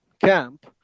camp